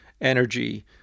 energy